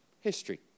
history